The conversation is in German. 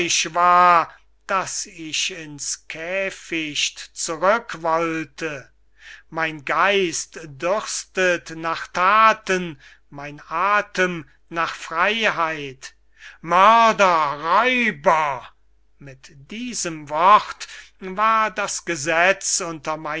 daß ich in's keficht zurückwollte mein geist dürstet nach thaten mein athem nach freyheit mörder räuber mit diesem wort war das gesetz